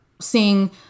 seeing